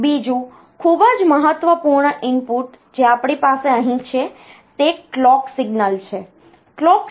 બીજું ખૂબ જ મહત્વપૂર્ણ ઇનપુટ જે આપણી પાસે અહીં છે તે કલોક સિગ્નલ છે